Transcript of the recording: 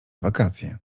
wakacje